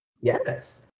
Yes